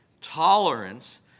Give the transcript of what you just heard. tolerance